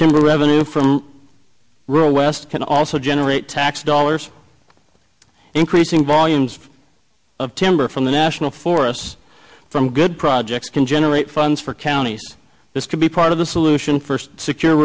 timber revenue from rural west can also generate tax dollars increase volumes of timber from the national forests from good projects can generate funds for counties this could be part of the solution first secure